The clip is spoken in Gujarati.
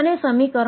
જે આ સમીકરણ બનશે